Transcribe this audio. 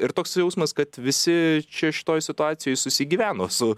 ir toks jausmas kad visi čia šitoj situacijoj susigyveno su